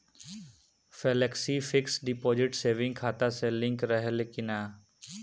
Flexi fix deposit saving खाता से link रहले कि ना?